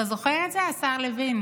אתה זוכר את זה, השר לוין?